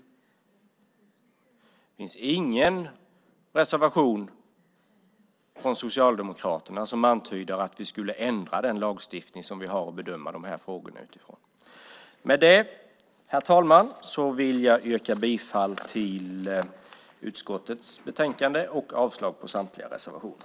Det finns ingen reservation från Socialdemokraterna som antyder att vi skulle ändra den lagstiftning som vi har att bedöma dessa frågor utifrån. Herr talman! Jag yrkar bifall till förslaget i utskottets betänkande och avslag på samtliga reservationer.